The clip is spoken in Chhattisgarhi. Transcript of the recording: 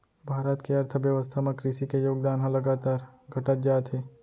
भारत के अर्थबेवस्था म कृसि के योगदान ह लगातार घटत जात हे